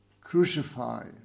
crucify